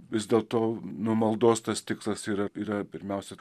vis dėlto nu maldos tas tikslas yra yra pirmiausia